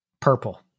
Purple